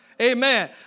Amen